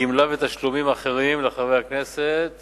גמלה ותשלומים אחרים לחבר הכנסת